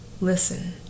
Listen